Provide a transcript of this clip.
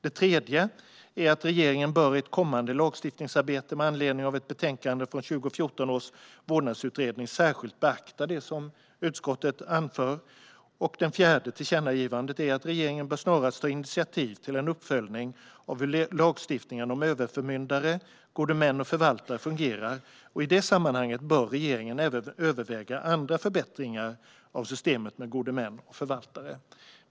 Det tredje är att regeringen i ett kommande lagstiftningsarbete med anledning av ett betänkande från 2014 års vårdnadsutredning särskilt bör beakta det som utskottet anfört. Det fjärde tillkännagivandet är att regeringen snarast bör ta initiativ till en uppföljning av hur lagstiftningen om överförmyndare, gode män och förvaltare fungerar. I det sammanhanget bör regeringen även överväga andra förbättringar av systemet med gode män och förvaltare.